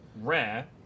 rare